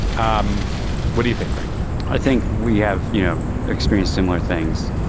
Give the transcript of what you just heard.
um what do you think like i think we have yeah experienced similar things.